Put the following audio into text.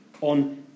on